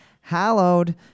hallowed